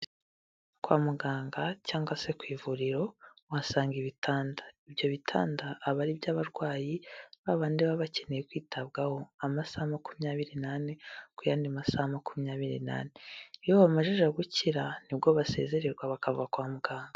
Kwa muganga cyangwa se ku ivuriro, uhasanga ibitanda. Ibyo bitanda aba ari iby'abarwayi, babandi baba bakeneye kwitabwaho amasaha makumyabiri nane ku yandi masaha makumyabiri nane. Iyo bamajije gukira, ni bwo basezererwa bakava kwa muganga.